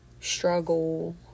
struggle